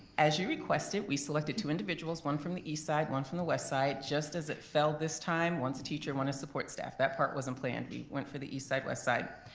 as you requested, we selected two individuals, one from the east side, one from the west side. just as it fell this time, one's a teacher, one a support staff, that part wasn't planned. we went for the east side west side.